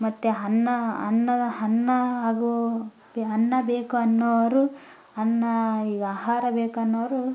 ಮತ್ತು ಅನ್ನ ಅನ್ನ ಅನ್ನ ಹಾಗೂ ಅನ್ನ ಬೇಕು ಅನ್ನೋರು ಅನ್ನ ಈ ಆಹಾರ ಬೇಕು ಅನ್ನೋರು